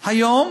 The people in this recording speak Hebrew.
היום,